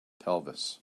pelvis